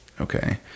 okay